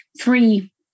three